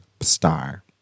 star